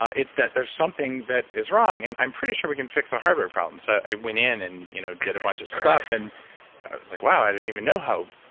it's that there's something that is wrong and i'm pretty sure we can fix a hardware problem. so i went in and you know did a bunch of stuff, and i was like, wow, i didn't even know how.